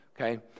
okay